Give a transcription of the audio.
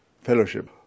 fellowship